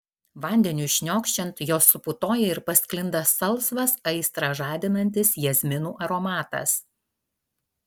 vandeniui šniokščiant jos suputoja ir pasklinda salsvas aistrą žadinantis jazminų aromatas